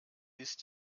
ist